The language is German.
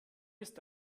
ist